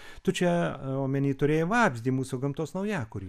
tu čia omeny turėjai vabzdį mūsų gamtos naujakurį